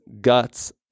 guts